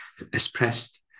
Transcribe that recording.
expressed